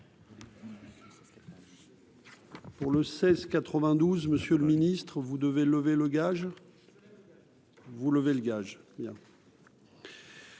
Pour le seize 92 Monsieur le Ministre, vous devez lever le gage. Vous vous levez le gage bien.